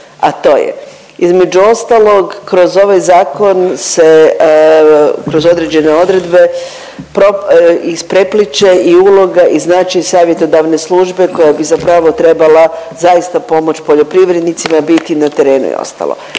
a to je. Između ostalog kroz ovaj zakon se kroz određene odredbe isprepliće i uloga i značaj savjetodavne službe koja bi zapravo trebala zaista pomoći poljoprivrednicima, biti na terenu i ostalo,